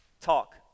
talk